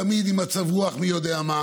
תמיד עם מצב רוח מי יודע מה,